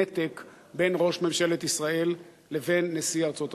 נתק בין ראש ממשלת ישראל לבין נשיא ארצות-הברית.